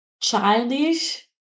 childish